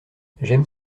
j’aime